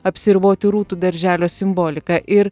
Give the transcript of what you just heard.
apsiriboti rūtų darželio simbolika ir